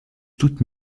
toute